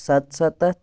سَتسَتَتھ